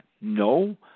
No